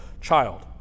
child